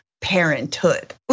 parenthood